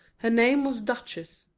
her name was duchess,